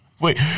Wait